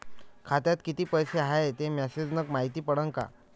खात्यात किती पैसा हाय ते मेसेज न मायती पडन का?